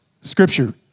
scripture